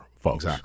folks